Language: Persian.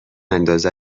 انداز